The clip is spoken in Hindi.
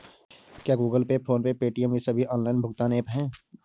क्या Google Pay PhonePe Paytm ये सभी ऑनलाइन भुगतान ऐप हैं?